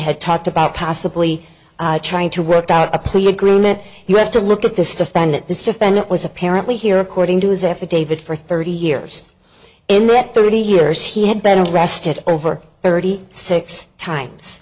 had talked about possibly trying to work out a plea agreement you have to look at this defendant this defendant was apparently here according to his affidavit for thirty years in that thirty years he had been arrested over thirty six times